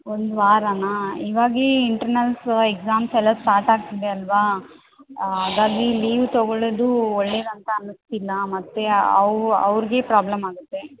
ಒಂದು ವಾರನಾ ಇವಾಗ್ಲೆ ಇಂಟರ್ನಲ್ಸ್ ಎಕ್ಸಾಮ್ಸೆಲ್ಲ ಸ್ಟಾರ್ಟಾಗ್ತಿದೆ ಅಲ್ಲವಾ ಹಾಗಾಗಿ ಲೀವ್ ತೊಗೊಳ್ಳೋದು ಒಳ್ಳೇದಂತ ಅನ್ನಿಸ್ತಿಲ್ಲ ಮತ್ತು ಅವ್ ಅವ್ರಿಗೆ ಪ್ರಾಬ್ಲಮ್ ಆಗುತ್ತೆ